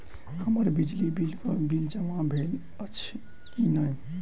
हम्मर बिजली कऽ बिल जमा भेल अछि की नहि?